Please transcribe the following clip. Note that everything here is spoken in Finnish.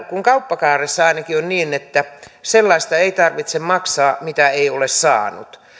kun kauppakaaressa ainakin on niin että sellaista ei tarvitse maksaa mitä ei ole saanut